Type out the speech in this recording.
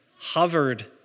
hovered